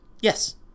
Yes